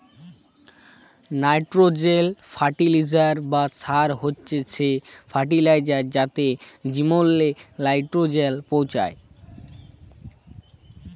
nitrogen fertiliser বা সার হছে সে ফার্টিলাইজার যাতে জমিল্লে লাইট্রোজেল পৌঁছায়